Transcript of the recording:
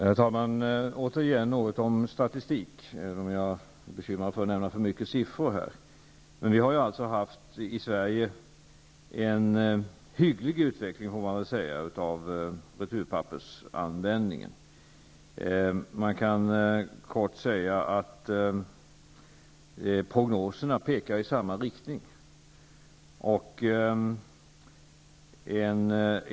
Herr talman! Jag skall återigen ta upp litet statistik, även om jag är bekymrad för att jag nämner för mycket siffror här. Man får nog ändå säga att vi i Sverige har haft en hygglig utveckling av returpappersanvändningen. Sammanfattningsvis kan man säga att prognoserna pekar i samma riktning.